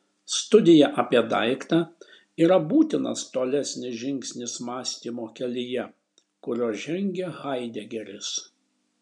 studija apie daiktą yra būtinas tolesnis žingsnis mąstymo kelyje kuriuo žengia haidegeris